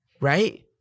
Right